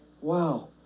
wow